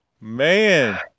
Man